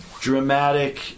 dramatic